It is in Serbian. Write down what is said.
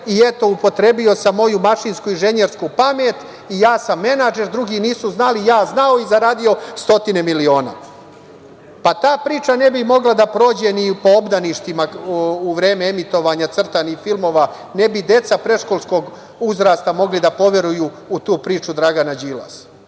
i, eto, upotrebio sam moju mašinsko-inženjersku pamet i ja sam menadžer, drugi nisu znali, ja znao i zaradio stotine miliona. Ta priča ne bi mogla da prođe ni po obdaništima u vreme emitovanja crtanih filmova, ne bi deca predškolskog uzrasta mogli da poveruju u tu priču Dragana Đilasa.